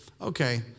Okay